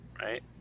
right